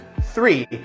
Three